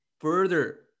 further